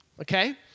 Okay